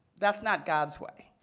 that's not god's way.